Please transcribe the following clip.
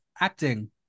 acting